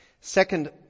Second